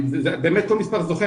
באמת, כל מספר זוכה.